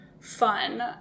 fun